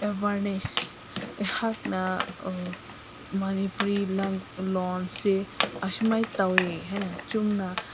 awareness ꯑꯩꯍꯥꯛꯅ ꯃꯅꯤꯄꯨꯔꯤ ꯂꯣꯟꯁꯦ ꯑꯁꯨꯃꯥꯏꯅ ꯇꯧꯋꯦ ꯍꯥꯏꯅ ꯆꯨꯝꯅ